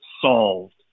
solved